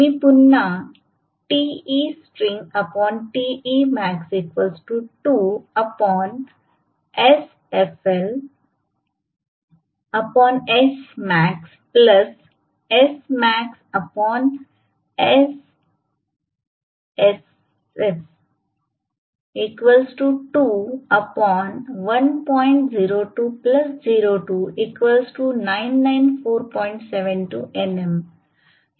मी पुन्हा हे एक्स्प्रेशन लिहू शकते